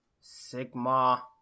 Sigma